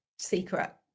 secret